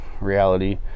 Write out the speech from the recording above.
reality